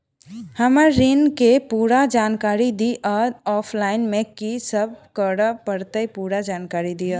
हम्मर ऋण केँ पूरा जानकारी दिय आ ऑफलाइन मे की सब करऽ पड़तै पूरा जानकारी दिय?